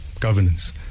Governance